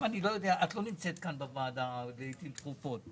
את לא נמצאת כאן בוועדה לעיתים תכופות,